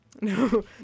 No